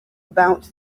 about